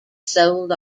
sold